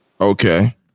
Okay